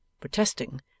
protesting